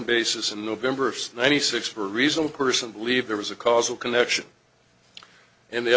basis in november of ninety six for a reasonable person believe there was a causal connection and the